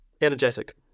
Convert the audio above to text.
Energetic